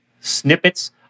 snippets